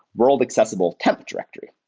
world accessible tempt directory.